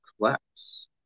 collapse